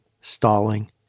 stalling